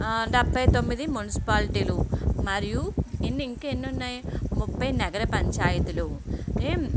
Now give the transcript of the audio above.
డెబ్బై తొమ్మిది మున్సిపాలిటీలు మరియు ఎన్ని ఇంకా ఎన్ని ఉన్నాయి ముప్పై నగర పంచాయతీలు